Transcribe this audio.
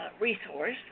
resource